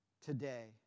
today